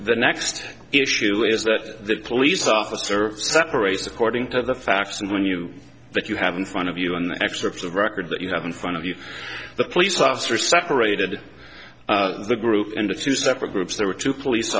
the next issue is that the police officer separates according to the facts and when you that you have in front of you an excerpt of record that you have in front of you the police officer separated the group into two separate groups there were two police